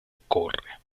occorre